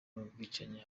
n’ubwicanyi